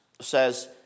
says